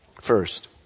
First